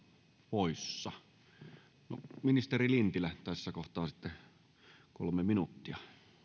poissa ministeri lintilä tässä kohtaa sitten kolme minuuttia